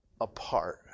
apart